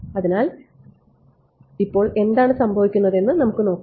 അതിനാൽ ഇപ്പോൾ എന്താണ് സംഭവിക്കുന്നതെന്ന് നമുക്ക് നോക്കാം